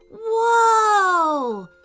Whoa